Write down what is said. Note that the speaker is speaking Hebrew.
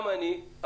גם אני,